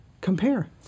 Compare